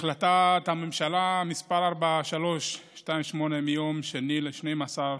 החלטת ממשלה מס' 4328 מיום 2 בדצמבר